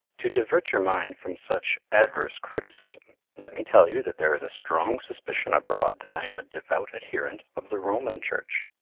to divert your mind from such adverse criticism, let me tell you that there is a strong suspicion abroad that i am a devout adherent of the roman church.